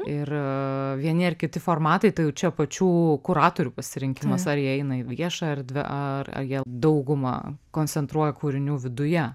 ir vieni ar kiti formatai tai jau čia pačių kuratorių pasirinkimas ar jie eina į viešą erdvę ar ar jie daugumą koncentruoja kūrinių viduje